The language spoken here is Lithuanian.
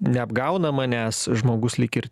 neapgauna manęs žmogus lyg ir